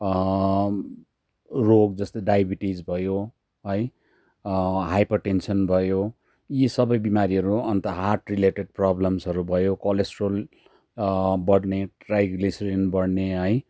रोग जस्तो डायबिटिज भयो है हाइपरटेन्सन भयो यी सबै बिमारीहरू अन्त हार्ट रिलेटेड प्रबल्म्सहरू भयो कोलेस्ट्रोल बड्ने ट्राइग्लेस्रिन बढ्ने है